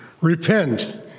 Repent